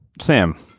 Sam